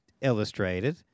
illustrated—